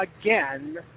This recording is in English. again